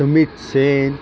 Sumit Sen